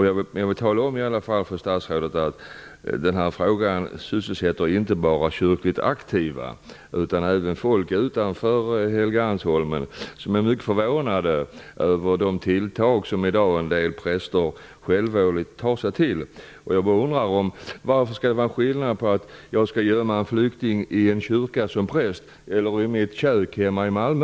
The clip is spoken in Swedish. Jag vill tala om för statsrådet att denna fråga inte bara sysselsätter kyrkligt aktiva, utan även folk utanför Helgeandsholmen är mycket förvånade över en del prästers självsvåldiga tilltag. Jag undrar: Varför skall man göra skillnad mellan att jag som präst gömmer en flykting i en kyrka och att jag gömmer en flykting i mitt kök hemma i Malmö?